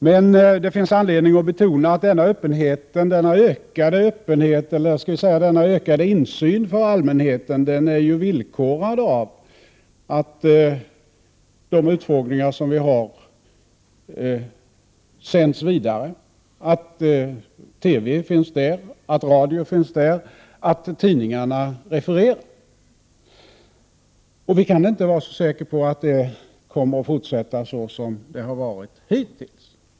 Men det finns anledning att betona att denna öppenhet, dvs. denna ökade insyn för allmänheten, är villkorad av att utfrågningarna sänds vidare — att TV och radio finns på plats och att tidningarna refererar. Vi kan inte vara så säkra på att det kommer att fortsätta så som det har varit hittills.